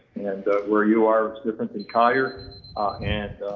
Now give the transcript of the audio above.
and where you are different than collier, and